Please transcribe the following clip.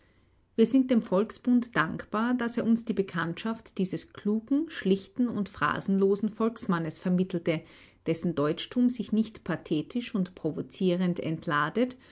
wir sind dem volksbund dankbar daß er uns die bekanntschaft dieses klugen schlichten und phrasenlosen volksmannes vermittelte dessen deutschtum sich nicht pathetisch und provozierend entladet